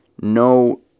no